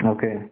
Okay